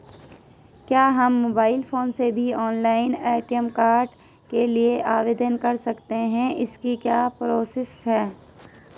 क्या हम mobile phone से भी ऑनलाइन ए.टी.एम कार्ड के लिए आवेदन कर सकते हैं इसकी क्या प्रोसेस है?